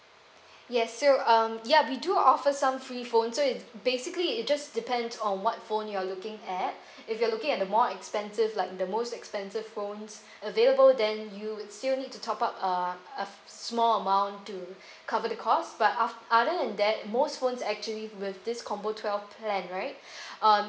yes so um yup we do offer some free phone so it's basically it just depends on what phone you're looking at if you're looking at the more expensive like the most expensive phones available then you'll still need to top up uh a small amount to cover the cost but af~ other than that most phones actually with this combo twelfth plan right uh